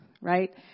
right